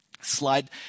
slide